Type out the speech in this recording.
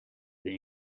the